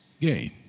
gain